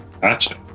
Gotcha